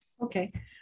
okay